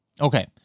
Okay